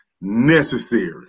necessary